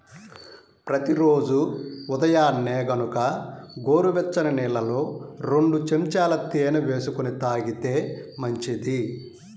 ప్రతి రోజూ ఉదయాన్నే గనక గోరువెచ్చని నీళ్ళల్లో రెండు చెంచాల తేనె వేసుకొని తాగితే మంచిది